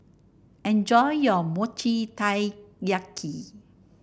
enjoy your Mochi Taiyaki